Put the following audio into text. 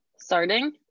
starting